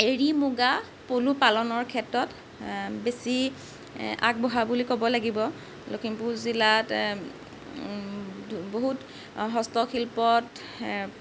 এৰি মুগা পলু পালনৰ ক্ষেত্ৰত বেছি আগবঢ়া বুলি ক'ব লাগিব লখিমপুৰ জিলাত বহুত হস্ত শিল্পত